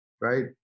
Right